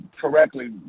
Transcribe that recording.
correctly